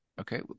Okay